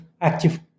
active